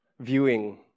viewing